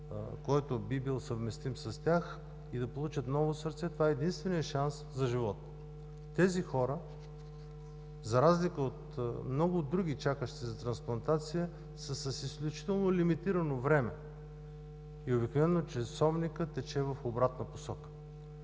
появи донор, съвместим с тях и да получат ново сърце, това е единственият им шанс за живот. Тези хора, за разлика от много други, чакащи за трансплантация, са с изключително лимитирано време и обикновено часовникът тече в обратна посока.